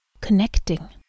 connecting